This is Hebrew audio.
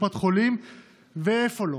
קופת חולים ואיפה לא.